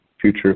future